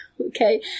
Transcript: Okay